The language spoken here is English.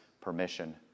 permission